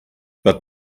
but